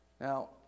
Now